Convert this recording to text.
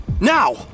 Now